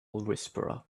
whisperer